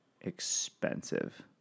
expensive